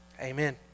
Amen